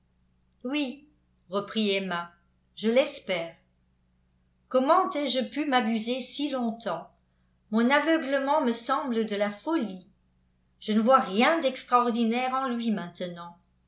oui reprit emma je l'espère comment ai-je pu m'abuser si longtemps mon aveuglement me semble de la folie je ne vois rien d'extraordinaire en lui maintenant